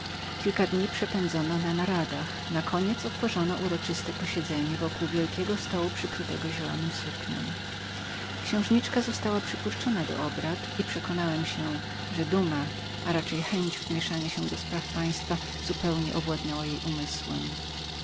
kilka dni przepędzono na naradach nakoniec otworzono uroczyste posiedzenie około wielkiego stołu przykrytego zielonem suknem księżniczka została przypuszczoną i przekonałem się że duma a raczej chęć wmieszania się do spraw państwa zupełnie owładnęła jej umysłem